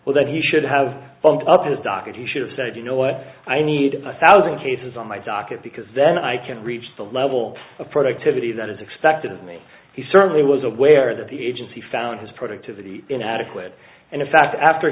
well that he should have bumped up his docket he should have said you know what i need a thousand cases on my docket because then i can't reach the level of productivity that is expected of me he certainly was aware that the agency found his productivity inadequate and in fact after